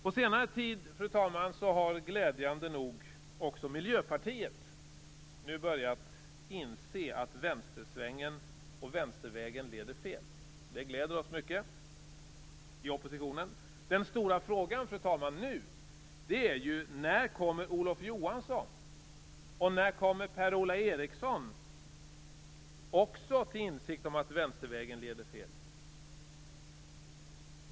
På senare tid har glädjande nog också Miljöpartiet börjat inse att vänstersvängen och vänstervägen leder fel. Det gläder oss mycket i oppositionen. Den stora frågan nu är: När kommer Olof Johansson och Per-Ola Eriksson också till insikt om att vänstervägen leder fel?